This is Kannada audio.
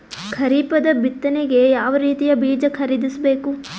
ಖರೀಪದ ಬಿತ್ತನೆಗೆ ಯಾವ್ ರೀತಿಯ ಬೀಜ ಖರೀದಿಸ ಬೇಕು?